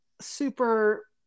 super